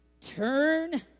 Turn